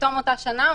בתום אותה שנה,